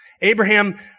Abraham